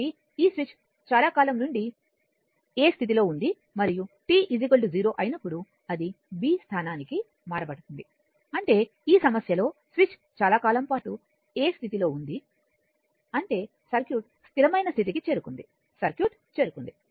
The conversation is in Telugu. కాబట్టి ఈ స్విచ్ చాలా కాలం నుండి a స్థితిలో ఉంది మరియు t 0 అయినప్పుడు అది b స్థానానికి మార్చబడుతుంది అంటే ఈ సమస్యలో స్విచ్ చాలా కాలం పాటు a స్థితిలో ఉంది అంటే సర్క్యూట్ స్థిరమైన స్థితికి చేరుకుంది సర్క్యూట్ చేరుకుంది